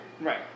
Right